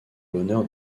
l’honneur